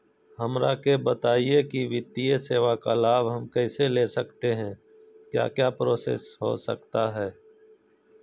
हमरा के बताइए की वित्तीय सेवा का लाभ हम कैसे ले सकते हैं क्या क्या प्रोसेस हो सकता है?